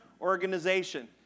organization